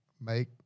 make